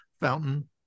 fountain